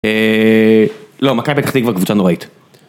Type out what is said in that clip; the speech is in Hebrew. אה... לא, מכבי פתח תקווה קבוצה נוראית.